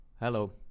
Hello